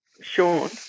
Sean